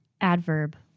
adverb